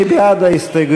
מי בעד ההסתייגויות?